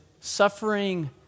suffering